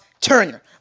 Turner